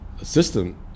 assistant